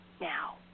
now